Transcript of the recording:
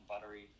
buttery